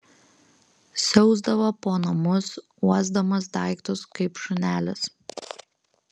siausdavo po namus uosdamas daiktus kaip šunelis